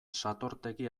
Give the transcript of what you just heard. satortegi